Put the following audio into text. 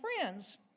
friends